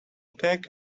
take